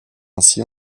ainsi